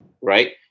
Right